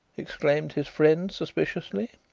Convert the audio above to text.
exclaimed his friend suspiciously.